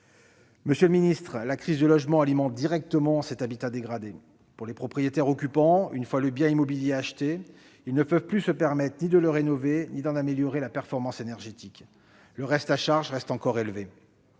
Monsieur le ministre, la crise du logement alimente directement l'habitat dégradé. Certains propriétaires occupants, une fois le bien immobilier acheté, ne peuvent plus se permettre ni de le rénover ni d'en améliorer la performance énergétique. Le reste à charge est encore élevé.